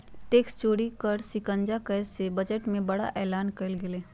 tax चोरी पर शिकंजा कसय ले बजट में बड़ा एलान कइल गेलय